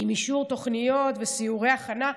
עם אישור תוכניות וסיורי הכנה,